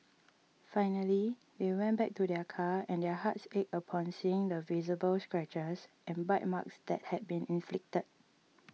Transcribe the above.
finally they went back to their car and their hearts ached upon seeing the visible scratches and bite marks that had been inflicted